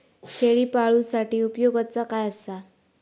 शेळीपाळूसाठी उपयोगाचा काय असा?